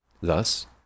Thus